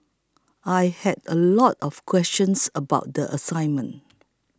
I had a lot of questions about the assignment